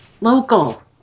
Local